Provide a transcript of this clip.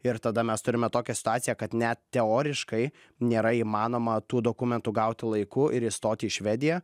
ir tada mes turime tokią situaciją kad net teoriškai nėra įmanoma tų dokumentų gauti laiku ir įstoti į švediją